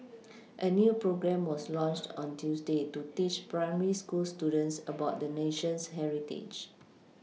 a new programme was launched on Tuesday to teach primary school students about the nation's heritage